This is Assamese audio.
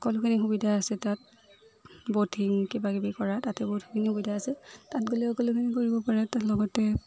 সকলোখিনি সুবিধা আছে তাত ব'টিং কিবাকিবি কৰা তাতে বহুতখিনি সুবিধা আছে তাত গ'লেও সকলোখিনি কৰিব পাৰে তাত লগতে